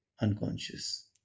unconscious